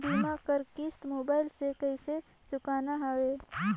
बीमा कर किस्त मोबाइल से कइसे चुकाना हवे